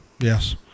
Yes